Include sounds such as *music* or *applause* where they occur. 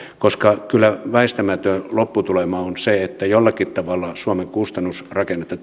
koska kyllä väistämätön lopputulema on se että jollakin tavalla suomen kustannusrakennetta *unintelligible*